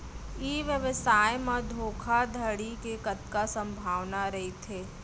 ई व्यवसाय म धोका धड़ी के कतका संभावना रहिथे?